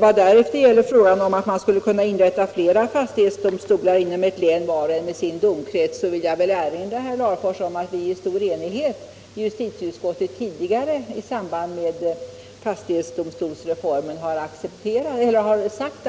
När det gäller frågan om att inrätta flera fastighetsdomstolar inom ett län, var och en med sin domkrets, vill jag erinra herr Larfors om att justitieutskottet tidigare med stor enighet i samband med fastighetsdomstolsreformen sagt